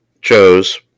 chose